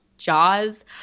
jaws